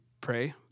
pray